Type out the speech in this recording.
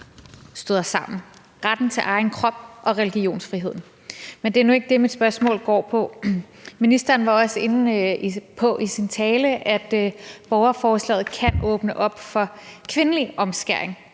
sammen: retten til egen krop og religionsfriheden. Men det er nu ikke det, som mit spørgsmål går på. Ministeren var i sin tale også inde på, at borgerforslaget kan åbne op for kvindelig omskæring.